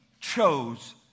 chose